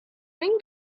bring